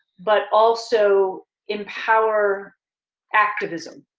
but also empower activism,